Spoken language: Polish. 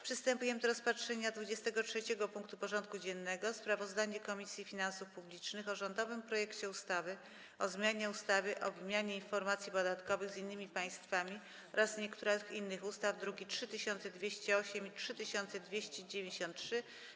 Przystępujemy do rozpatrzenia punktu 23. porządku dziennego: Sprawozdanie Komisji Finansów Publicznych o rządowym projekcie ustawy o zmianie ustawy o wymianie informacji podatkowych z innymi państwami oraz niektórych innych ustaw (druki nr 3208 i 3293)